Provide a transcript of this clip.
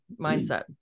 mindset